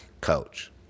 coach